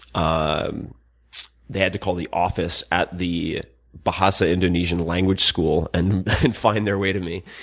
ah um they had to call the office at the bahasa indonesian language school and find their way to me.